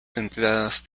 templadas